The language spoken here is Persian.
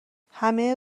همه